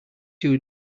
two